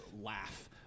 laugh